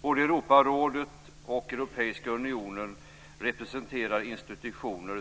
Både Europarådet och Europeiska unionen representerar institutioner